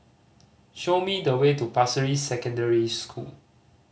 show me the way to Pasir Ris Secondary School